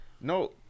no